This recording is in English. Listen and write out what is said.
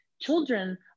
Children